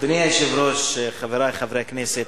אדוני היושב-ראש, חברי חברי הכנסת,